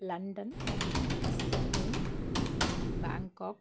London Sydney Bangkok